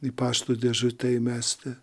į pašto dėžutę įmesti